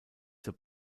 zur